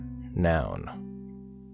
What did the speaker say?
noun